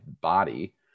body